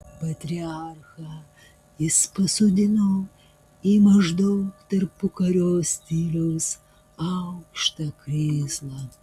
patriarchą jis pasodino į maždaug tarpukario stiliaus aukštą krėslą